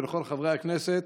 ולכל חברי הכנסת,